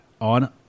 on